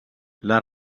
les